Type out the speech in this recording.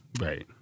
Right